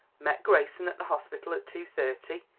met grayson at the hospital at two-thirty,